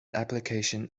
application